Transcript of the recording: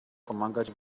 pomagać